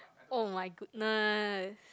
[oh]-my-goodness